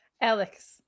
Alex